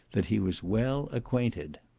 that he was well acquainted.